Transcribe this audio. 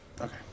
Okay